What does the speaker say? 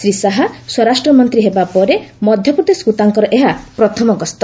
ଶ୍ରୀ ଶାହା ସ୍ୱରାଷ୍ଟ୍ରମନ୍ତ୍ରୀ ହେବା ପରେ ମଧ୍ୟପ୍ରଦେଶକୁ ତାଙ୍କର ଏହା ପ୍ରଥମ ଗସ୍ତ